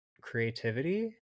creativity